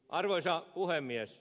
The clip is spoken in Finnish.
arvoisa puhemies